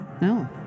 No